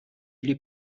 lhe